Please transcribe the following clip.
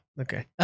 okay